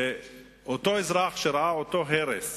שאותו אזרח שראה את ההרס